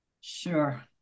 Sure